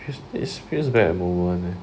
is is feels bad moment leh